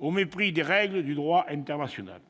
au mépris des règles du droit international.